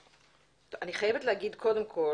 טוב, אני חייב להגיד קודם כל,